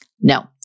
No